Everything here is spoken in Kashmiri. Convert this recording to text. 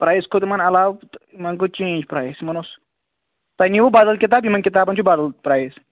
پرٛایِز کھۄت یِمن علاو تہٕ یِمن گوٚو چیٚنٛچ پرٛایِز یِمن اوس تۄہہِ نِیِو بَدل کِتاب یِمن کِتابَن چھُ بَدل پرٛایِز